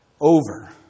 over